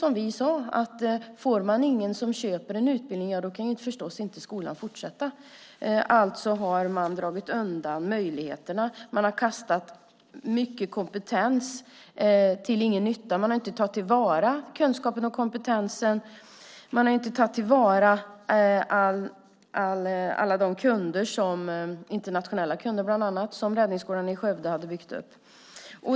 Om man inte får någon som köper en utbildning kan skolan förstås inte fortsätta att bedriva verksamhet. Alltså har man dragit undan möjligheterna och kastat bort mycket kompetens. Man har inte tagit till vara kunskapen och kompetensen, inte heller alla de kundkontakter, bland annat internationella sådana, som Räddningsskolan i Skövde hade byggt upp.